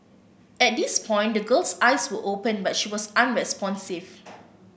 at this point the girl's eyes were open but she was unresponsive